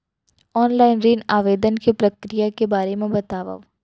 Online ऋण आवेदन के प्रक्रिया के बारे म बतावव?